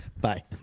Bye